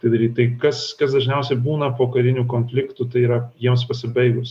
tai daryt tai kas kas dažniausiai būna po karinių konfliktų tai yra jiems pasibaigus